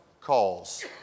calls